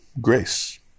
grace